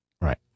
Right